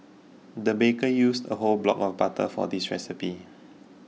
the baker used a whole block of butter for this recipe